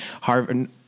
Harvard